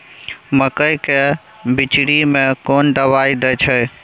मकई के बिचरी में कोन दवाई दे छै?